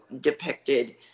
depicted